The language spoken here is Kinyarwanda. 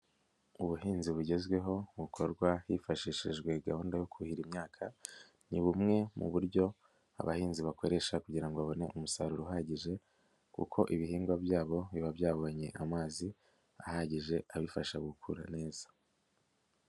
Ubuhinzi bugezweho bukorwa hifashishijwe gahunda yo kuhira imyaka ni bumwe mu buryo abahinzi bakoresha kugira babone umusaruro uhagije kuko ibihingwa byabo biba byabonye amazi ahagije abifasha gukura neza.